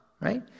right